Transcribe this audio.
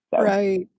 right